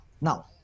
Now